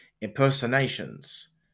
impersonations